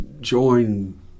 join